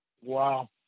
Wow